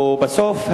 ולבסוף,